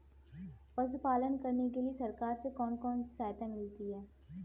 पशु पालन करने के लिए सरकार से कौन कौन सी सहायता मिलती है